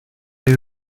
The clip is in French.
les